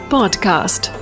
Podcast